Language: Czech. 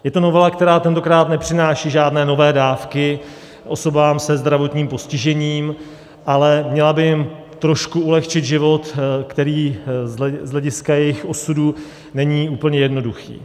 Je to novela, která tentokrát nepřináší žádné nové dávky osobám se zdravotním postižením, ale měla by jim trošku ulehčit život, který z hlediska jejich osudu není úplně jednoduchý.